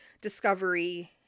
discovery